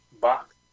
box